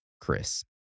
Chris